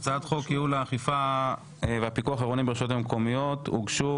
חוק לייעול האכיפה והפיקוח העירוניים ברשויות המקומיות הוגשו